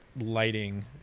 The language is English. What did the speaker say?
lighting